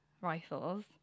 rifles